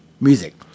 music